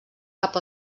cap